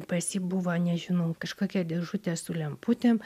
pas jį buvo nežinau kažkokia dėžutė su lemputėm